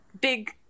big